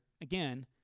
again